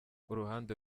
uruhande